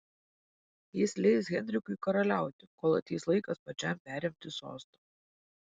jis leis henrikui karaliauti kol ateis laikas pačiam perimti sostą